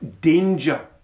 danger